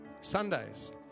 sundays